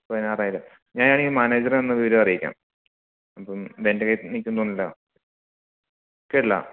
പതിനാറായിരം അങ്ങനെയാണെങ്കില് മാനേജറിനെ ഒന്നു വിവരം അറിയിക്കാം അപ്പോള് ഇത് എന്റെ കയ്യില് നില്ക്കുമെന്നു തോന്നുന്നില്ല കേട്ടില്ല